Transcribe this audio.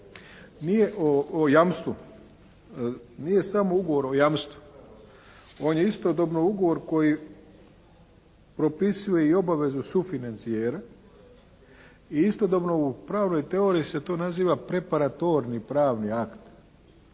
zajmu, o jamstvu, nije samo ugovor o jamstvu, on je istodobno ugovor koji propisuje i obavezu sufinancijera i istodobno u pravnoj teoriji se to naziva preparatorni pravni akt